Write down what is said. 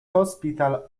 hospital